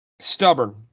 stubborn